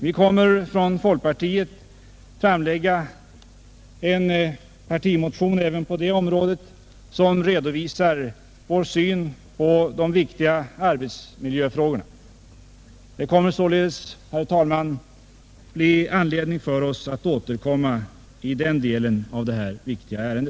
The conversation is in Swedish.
Vi inom folkpartiet kommer att framlägga en partimotion i det ämnet som redovisar vår syn på de viktiga arbetsmiljöfrågorna. Det kommer således, herr talman, att bli anledning för oss att återkomma i den delen av detta viktiga ärende.